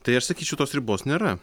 tai aš sakyčiau tos ribos nėra